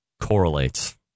correlates